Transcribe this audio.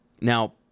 Now